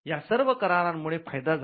या सर्व करारांमुळे फायदा झाला